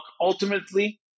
ultimately